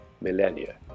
millennia